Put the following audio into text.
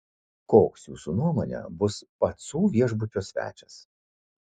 koks jūsų nuomone bus pacų viešbučio svečias